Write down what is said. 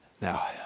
Now